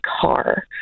car